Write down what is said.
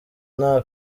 nta